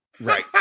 right